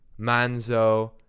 Manzo